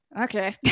okay